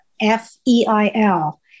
F-E-I-L